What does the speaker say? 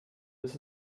bis